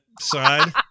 side